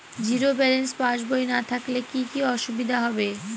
Zero balance পাসবই না থাকলে কি কী অসুবিধা হবে?